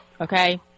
Okay